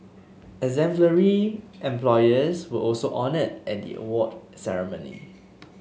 exemplary employers were also honoured at the award ceremony